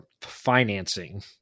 financing